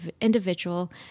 individual